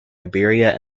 liberia